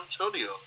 Antonio